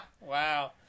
Wow